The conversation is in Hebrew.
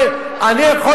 אתה גם שחור.